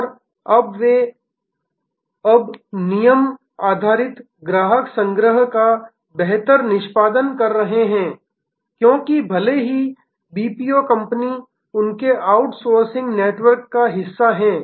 और अब वे अब नियम आधारित ग्राहक संग्रह का बेहतर निष्पादन कर रहे हैं क्योंकि भले ही यह बीपीओ कंपनी उनके आउटसोर्सिंग नेटवर्क का हिस्सा है